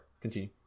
Continue